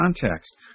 context